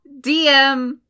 DM